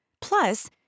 Plus